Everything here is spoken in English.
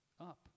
up